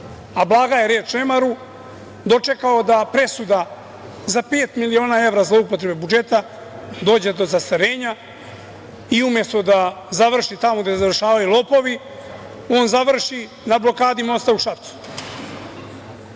a blaga je reč, dočekao da presuda za pet miliona evra zloupotrebe budžeta dođe do zastarenja i umesto da završi tamo gde završavaju lopovi, on završi na blokadi mosta u Šapcu.